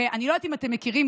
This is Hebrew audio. אני לא יודעת אם אתם מכירים,